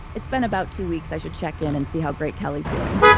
it's been about two weeks. i should check in and see how great kelly's doing.